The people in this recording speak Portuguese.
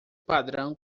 padrão